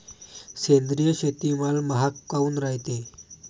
सेंद्रिय शेतीमाल महाग काऊन रायते?